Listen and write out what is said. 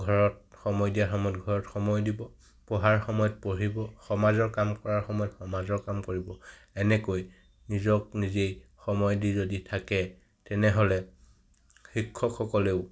ঘৰত সময় দিয়াৰ সময়ত ঘৰত সময় দিব পঢ়াৰ সময়ত পঢ়িব সমাজৰ কাম কৰাৰ সময়ত সমাজৰ কাম কৰিব এনেকৈ নিজক নিজেই সময় দি যদি থাকে তেনেহ'লে শিক্ষকসকলেও